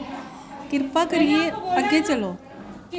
किरपा करियै अग्गें चलो